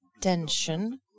tension